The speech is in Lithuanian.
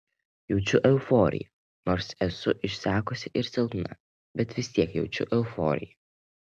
jaučiu euforiją nors esu išsekusi ir silpna bet vis tiek jaučiu euforiją